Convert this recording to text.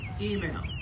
email